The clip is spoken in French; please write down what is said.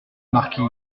marquis